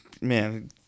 man